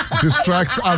distracts